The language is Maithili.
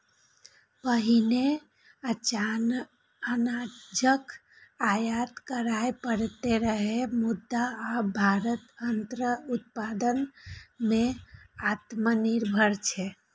पहिने अनाजक आयात करय पड़ैत रहै, मुदा आब भारत अन्न उत्पादन मे आत्मनिर्भर छै